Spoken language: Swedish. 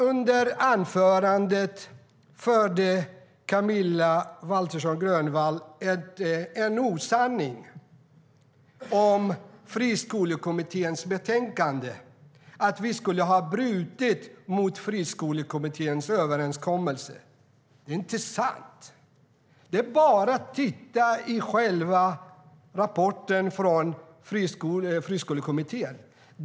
Under anförandet förde Camilla Waltersson Grönvall fram en osanning, att vi skulle ha brutit mot Friskolekommitténs överenskommelse. Det är inte sant. Det är bara att titta i rapporten från Friskolekommittén.